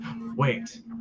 wait